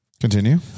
Continue